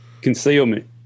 concealment